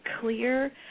clear